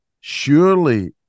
surely